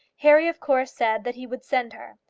harry of course said that he would send her.